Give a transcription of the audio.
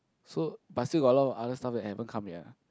so but still got a lot of other stuff that haven't come yet lah